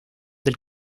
del